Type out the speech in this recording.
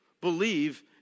believe